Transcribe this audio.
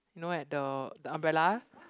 no eh the the umbrella